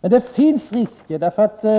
Men det finns risker.